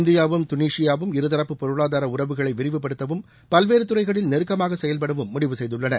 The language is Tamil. இந்தியாவும் துனிஷியாவும் இருதரப்பு பொருளாதார உறவுகளை விரிவுபடுத்தவும் பல்வேறு துறைகளில் நெருக்கமாக செயல்படவும் முடிவு செய்துள்ளன